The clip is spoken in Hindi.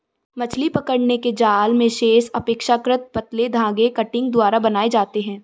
मछली पकड़ने के जाल मेशेस अपेक्षाकृत पतले धागे कंटिंग द्वारा बनाये जाते है